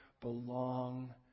belong